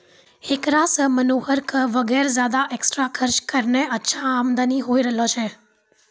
हेकरा सॅ मनोहर कॅ वगैर ज्यादा एक्स्ट्रा खर्च करनॅ अच्छा आमदनी होय रहलो छै